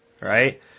Right